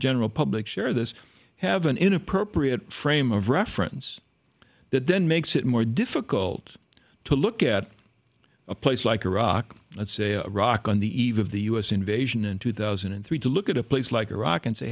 general public share this have an inappropriate frame of reference that then makes it more difficult to look at a place like iraq and say iraq on the eve of the u s invasion in two thousand and three to look at a place like iraq and say